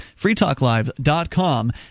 freetalklive.com